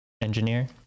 engineer